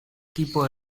tipo